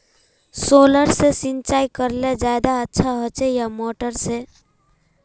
Solar से सिंचाई करले ज्यादा अच्छा होचे या मोटर से?